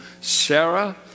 Sarah